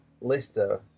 Lister